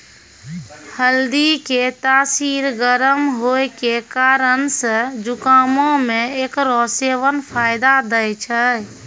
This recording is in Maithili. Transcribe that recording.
हल्दी के तासीर गरम होय के कारण से जुकामो मे एकरो सेबन फायदा दै छै